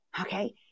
Okay